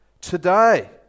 Today